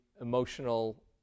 emotional